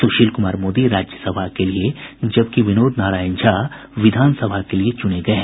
सुशील कुमार मोदी राज्यसभा के लिये जबकि विनोद नारायण झा विधानसभा के लिए चुने गए हैं